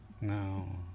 No